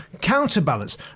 counterbalance